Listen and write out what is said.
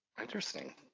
Interesting